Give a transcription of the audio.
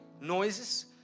noises